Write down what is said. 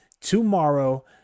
tomorrow